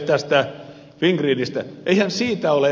tästä fingridistä